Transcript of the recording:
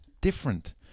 different